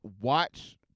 watch